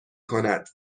کند